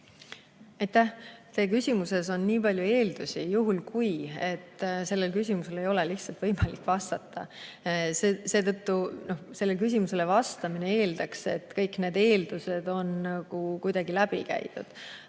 Teie küsimuses oli nii palju eeldusi "juhul kui", et sellele ei ole lihtsalt võimalik vastata. Sellele küsimusele vastamine eeldaks, et kõik need eeldused on nagu kuidagi läbi käidud.